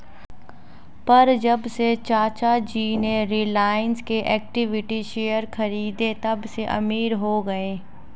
पर जब से चाचा जी ने रिलायंस के इक्विटी शेयर खरीदें तबसे अमीर हो गए